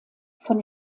von